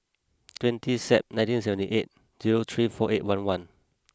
twenty Sep nineteen seventy eight zero three four eight one one